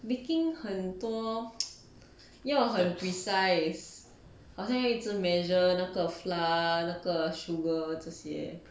baking 很多要很 precise 好像一直 measure 那个 flour 那个 sugar 这些